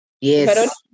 yes